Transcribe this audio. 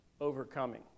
overcoming